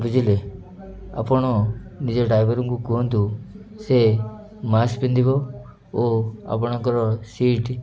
ବୁଝିଲେ ଆପଣ ନିଜ ଡ୍ରାଇଭରଙ୍କୁ କୁହନ୍ତୁ ସେ ମାସ୍କ ପିନ୍ଧିବ ଓ ଆପଣଙ୍କର ସିଟ୍